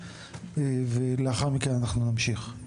ולאחר מכן נמשיך.